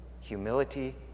Humility